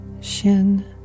shin